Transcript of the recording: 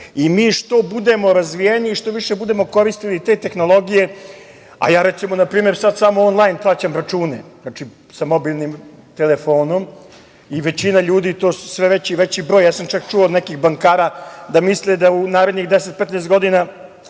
i mi što budemo razvijeniji, što više budemo koristili te tehnologije… Recimo, na primer, ja sad samo onlajn plaćam račune, znači sa mobilnim telefonom i većina ljudi, to su sve veći i veći brojevi, ja sam čak čuo od nekih bankara da misle da u narednih 10-15 godina